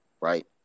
right